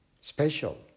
Special